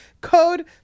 code